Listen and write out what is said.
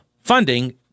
funding